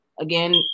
again